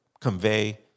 convey